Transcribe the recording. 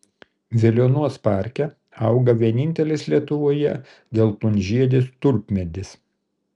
veliuonos parke auga vienintelis lietuvoje geltonžiedis tulpmedis